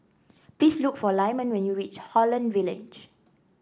please look for Lyman when you reach Holland Village